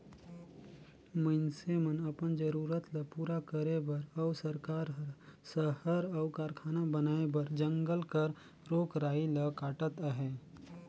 मइनसे मन अपन जरूरत ल पूरा करे बर अउ सरकार हर सहर अउ कारखाना बनाए बर जंगल कर रूख राई ल काटत अहे